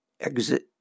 exit